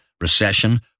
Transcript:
recession